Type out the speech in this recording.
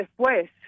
después